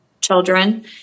children